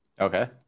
Okay